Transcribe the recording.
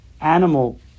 animal